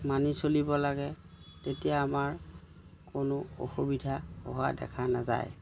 মানি চলিব লাগে তেতিয়া আমাৰ কোনো অসুবিধা হোৱা দেখা নাযায়